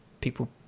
people